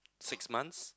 six months